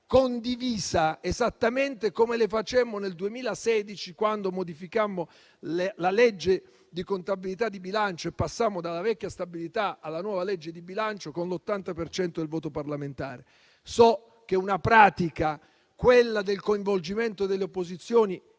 condivisa, esattamente come le facemmo nel 2016, quando modificammo la legge di contabilità di bilancio e passammo dalla vecchia stabilità alla nuova legge di bilancio con l'80 per cento del voto parlamentare. So che quella del coinvolgimento delle opposizioni